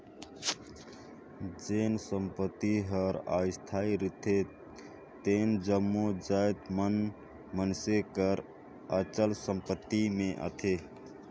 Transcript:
जेन संपत्ति हर अस्थाई रिथे तेन जम्मो जाएत मन मइनसे कर अचल संपत्ति में आथें